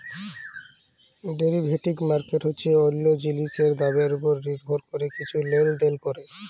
derivative market হছে অল্য জিলিসের দামের উপর লির্ভর ক্যরে কিছু লেলদেল ক্যরা